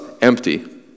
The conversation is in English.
empty